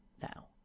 now